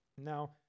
Now